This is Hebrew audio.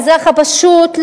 האזרח הפשוט,